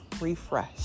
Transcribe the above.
Refresh